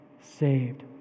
saved